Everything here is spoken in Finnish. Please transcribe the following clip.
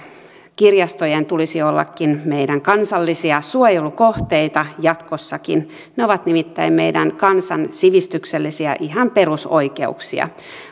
kirjastojen tulisi olla meidän kansallisia suojelukohteitamme jatkossakin ne ovat nimittäin meidän kansan sivistyksellisiä ihan perusoikeuksia